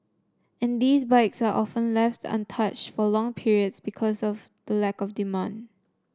and these bikes are often left untouched for long periods because of the lack of demand